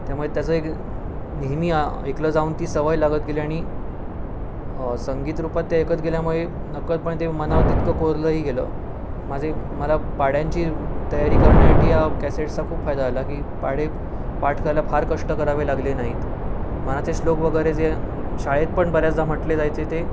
त्यामुळे त्याचं एक नेहमी ऐकलं जाऊन ती सवय लागत गेली आणि संगीतरूपात ते ऐकत गेल्यामुळे नकळतपणे ते मनावर तितकं कोरलंही गेलं माझे मला पाढ्यांची तयारी करण्यासाठी कॅसेट्सचा खूप फायदा झाला की पाढे पाठ करायला फार कष्ट करावे लागले नाहीत मनाचे श्लोक वगैरे जे शाळेत पण बऱ्याचदा म्हटले जायचे ते